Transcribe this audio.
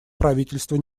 правительства